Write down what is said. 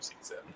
season